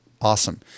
Awesome